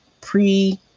pre